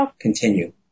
continue